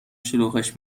شلوغش